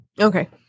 Okay